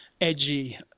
edgy